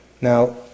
Now